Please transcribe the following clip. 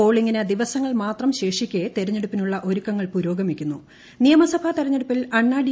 പോളിംഗിന് ദിവസങ്ങൾ മാത്രം ശേഷിക്കെ തെരഞ്ഞെടുപ്പിനുള്ള നിയമസഭാ തെരെഞ്ഞെടുപ്പിൽ അണ്ണാ ഡി